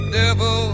devil